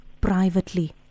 privately